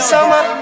Summer